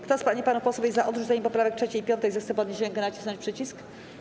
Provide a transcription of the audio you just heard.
Kto z pań i panów posłów jest za odrzuceniem poprawek 3. i 5., zechce podnieść rękę i nacisnąć przycisk.